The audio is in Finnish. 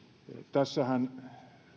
tässähän